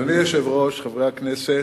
אדוני היושב-ראש, חברי הכנסת,